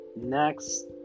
Next